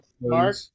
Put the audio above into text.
Mark